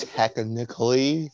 technically